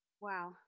Wow